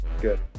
Good